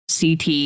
CT